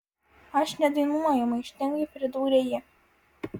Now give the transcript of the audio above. aš nedainuoju maištingai pridūrė ji